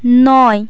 নয়